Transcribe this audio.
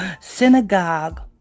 Synagogue